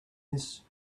this